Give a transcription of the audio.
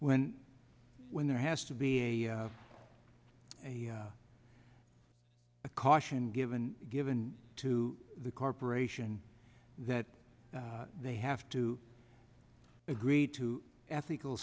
when when there has to be a a caution given given to the corporation that they have to agree to ethical